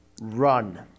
Run